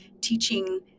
teaching